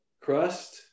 crust